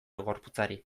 gorputzari